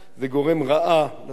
זה גורם רעה לתושבים בישראל,